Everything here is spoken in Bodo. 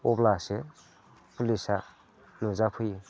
अब्लासो पुलिसा नुजाफैयो